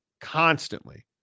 constantly